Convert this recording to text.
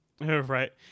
right